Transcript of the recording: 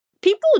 people